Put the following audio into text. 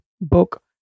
Book